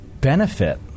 benefit